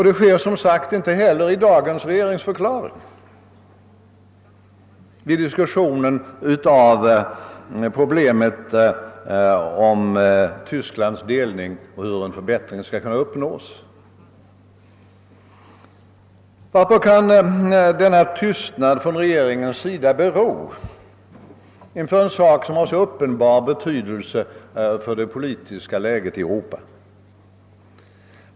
Det sker som sagt inte heller i dagens regeringsförklaring i samband med diskussionen om problemet om Tysklands delning och hur en förbättring skall kunna uppnås. Varpå kan denna tystnad från regeringens sida bero inför en sak som är av så uppenbar betydelse för det politiska läget i Europa?